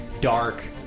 dark